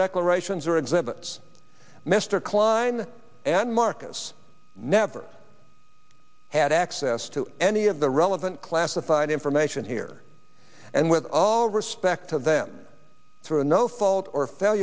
declarations or exhibits mr klein and marcus never had access to any of the relevant classified information here and with all respect to them through no fault or f